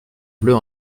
bleu